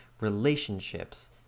relationships